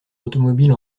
automobile